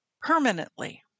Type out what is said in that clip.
permanently